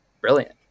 Brilliant